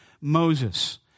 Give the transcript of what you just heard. Moses